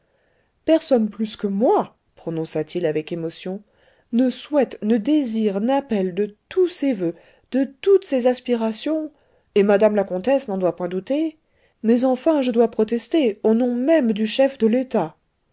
personne plus que moi prononça-t-il avec émotion ne souhaite ne désire n'appelle de tous ses voeux de toutes ses aspirations et madame la comtesse n'en doit point douter mais enfin je dois protester au nom même du chef de l'etat